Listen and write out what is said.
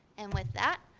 and with that,